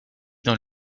dans